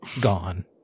gone